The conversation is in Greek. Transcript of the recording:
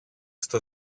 στο